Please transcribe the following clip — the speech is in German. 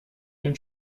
den